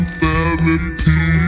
therapy